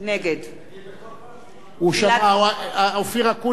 בקול רם אני, אופיר אקוניס, נגד.